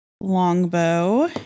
longbow